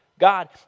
God